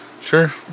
Sure